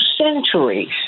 centuries